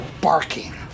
barking